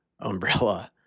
umbrella